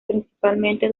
principalmente